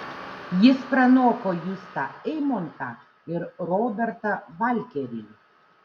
jis pranoko justą eimontą ir robertą valkerį